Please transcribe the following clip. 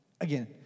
Again